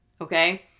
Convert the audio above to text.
Okay